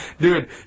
dude